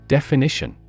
Definition